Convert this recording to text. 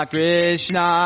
Krishna